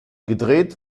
gedreht